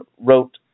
wrote